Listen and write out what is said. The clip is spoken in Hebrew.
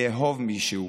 לאהוב מישהו,